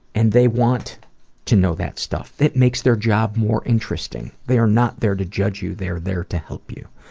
and they want to know that stuff. that makes their job more interesting. they are no there to judge you. they're there to help you.